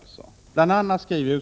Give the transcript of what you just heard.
Utskottet skriver: